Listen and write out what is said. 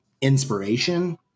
inspiration